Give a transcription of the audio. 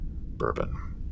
Bourbon